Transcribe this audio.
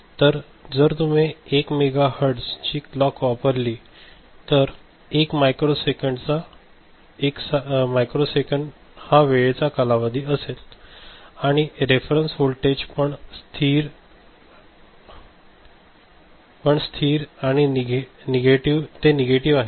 तर जर तुम्ही 1 मेगाहर्ट्झ ची क्लॉक वापरली 1 मायक्रोसेकंद हा वेळेचा कालावधी असेल आणि रेफरंस वोल्टेज पण स्थिर आणि ते नेगेटिव्ह आहे